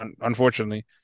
Unfortunately